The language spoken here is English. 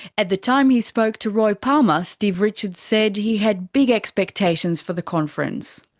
at the time he spoke to roy palmer, steve richards said he had big expectations for the conference.